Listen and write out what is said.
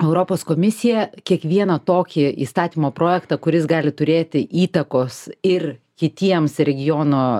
europos komisija kiekvieną tokį įstatymo projektą kuris gali turėti įtakos ir kitiems regiono